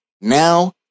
now